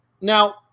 Now